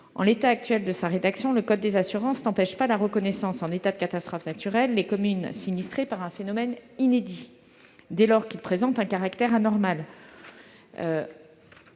En l'état actuel de sa rédaction, le code des assurances n'empêche pas la reconnaissance en état de catastrophes naturelles des communes sinistrées par un phénomène inédit, dès lors qu'il présente un caractère anormal.